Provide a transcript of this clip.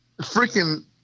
freaking